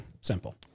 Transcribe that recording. simple